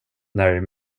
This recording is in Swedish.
när